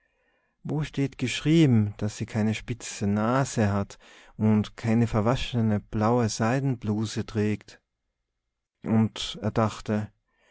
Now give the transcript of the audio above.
wo steht geschrieben daß sie keine spitze nase hat und keine verwaschene blaue seidenbluse trägt und er dachte